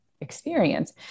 experience